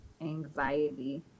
anxiety